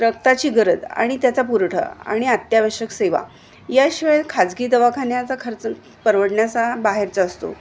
रक्ताची गरज आणि त्याचा पुरवठा आणि अत्यावश्यक सेवा याशिवाय खाजगी दवाखान्याचा खर्च परवडण्याचा बाहेरचा असतो